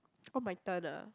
oh my turn ah